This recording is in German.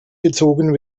gezogen